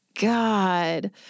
God